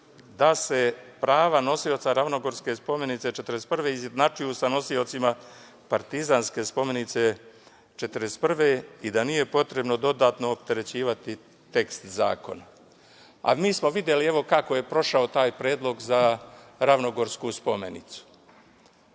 da se prava nosioca Ravnogorske spomenice 1941. izjednačuju sa nosiocima Partizanske spomenice 1941. i da nije potrebno dodatno opterećivati tekst zakona. Mi smo videli kako je prošao taj predlog za Ravnogorsku spomenicu